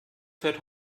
fährt